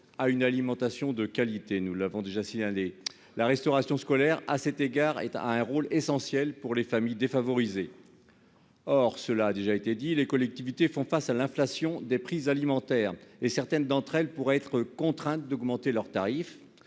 à une alimentation de qualité- nous avons déjà eu l'occasion de le signaler. La restauration scolaire joue, à cet égard, un rôle essentiel pour les familles défavorisées. Or, cela a été dit, les collectivités font face à l'inflation des prix alimentaires. Certaines d'entre elles pourraient être contraintes d'augmenter leurs tarifs.